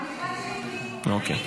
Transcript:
רבותיי,